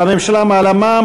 הממשלה מעלה את המע"מ,